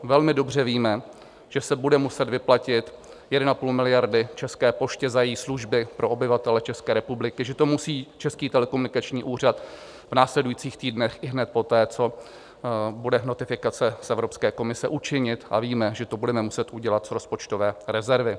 Velmi dobře víme, že se bude muset vyplatit 1,5 miliardy České poště za její služby pro obyvatele České republiky, že to musí Český telekomunikační úřad v následujících týdnech ihned poté, co bude notifikace z Evropské komise, učinit, a víme, že to budeme muset udělat z rozpočtové rezervy.